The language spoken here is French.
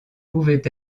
pouvait